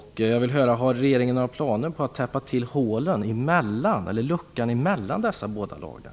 Har regeringen några planer på att täppa till luckan mellan dessa båda lagar?